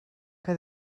que